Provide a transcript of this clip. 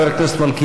חבר הכנסת מלכיאלי,